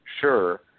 sure